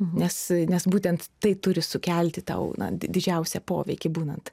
nes nes būtent tai turi sukelti tau didžiausią poveikį būnant